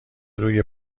روی